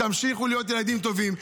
תמשיכו להיות ילדים טובים.